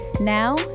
Now